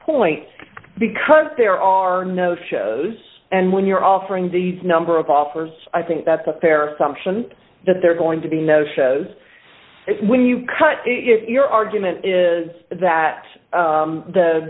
points because there are no shows and when you're offering the number of offers i think that's a fair assumption that they're going to be no shows when you cut it your argument is that